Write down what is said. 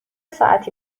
ساعتی